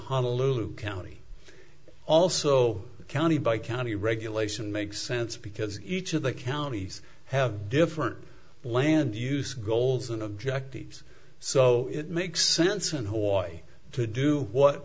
honolulu county also a county by county regulation makes sense because each of the counties have different land use goals and objectives so it makes sense in hawaii to do what